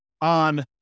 on